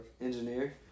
engineer